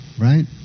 right